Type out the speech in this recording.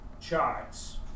charts